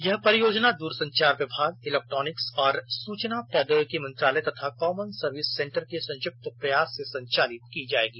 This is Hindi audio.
यह परियोजना दूरसंचार विभाग इलेक्ट्रॉनिक्स और सूचना प्रौद्योगिकी मंत्रालय तथा कॉमन सर्विस सेंटर के संयुक्त प्रयास से संचालित की जायेगी